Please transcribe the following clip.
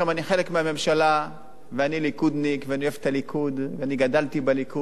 אני חלק מהממשלה ואני ליכודניק ואני אוהב את הליכוד ואני גדלתי בליכוד,